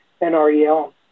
NREL